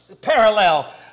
parallel